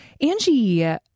Angie